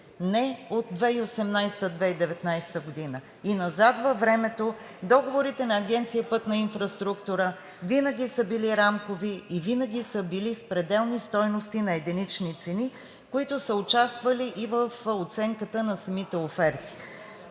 не от 2018 – 2019 г. и назад във времето – договорите на Агенция „Пътна инфраструктура“ винаги са били рамкови, и винаги са били с пределни стойности на единични цени, които са участвали и в оценката на самите оферти.